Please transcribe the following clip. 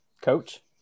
Coach